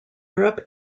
europe